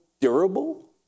durable